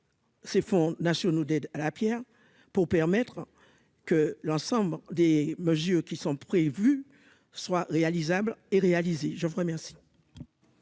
Ces fonds nationaux d'aide à la Pierre pour permettre que l'ensemble des mesures qui sont prévues soient réalisables et réalisées, je vous remercie.